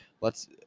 lets